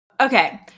Okay